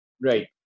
Right